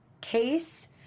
case